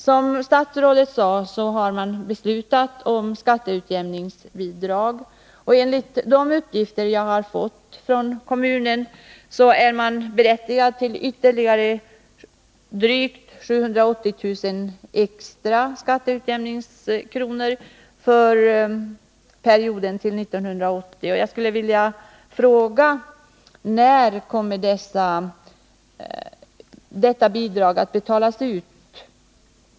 Som statsrådet sade har man beslutat om skatteutjämningsbidrag, och enligt de uppgifter jag har fått från kommunen är kommunen berättigad till ytterligare drygt 780 000 extra skatteutjämningskronor för perioden fram till 1980. Jag vill fråga: När kommer detta bidrag att betalas ut?